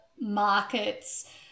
markets